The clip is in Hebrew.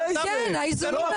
איזה, איזה איזונים?